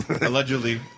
Allegedly